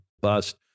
bust